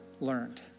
learned